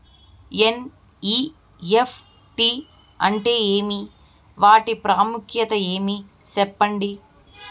NEFT అంటే ఏమి వాటి ప్రాముఖ్యత ఏమి? సెప్పండి?